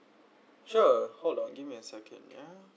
sure hold on give me a second ya